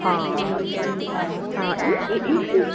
ਹਾਂ ਹਾਂ ਇਹ